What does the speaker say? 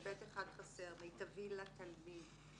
ב-(ב)(1) חסר: מיטבי לתלמיד.